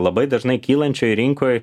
labai dažnai kylančioj rinkoj